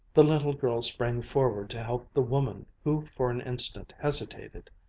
the little girl sprang forward to help the woman who for an instant hesitated.